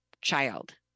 child